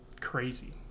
crazy